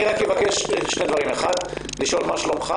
אני מבקש לשאול: מה שלומך?